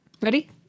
Ready